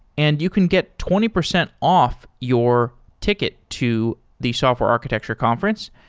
and you can get twenty percent off your ticket to the software architecture conference.